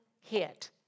hit